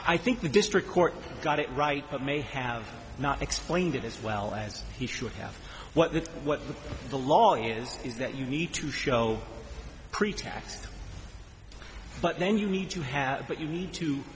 i think the district court got it right but may have not explained it as well as he should have what the what the law is is that you need to show pretax but then you need to have but you need to